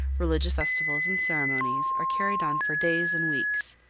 religious festivals and ceremonies are carried on for days and weeks.